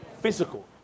physical